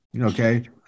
Okay